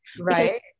right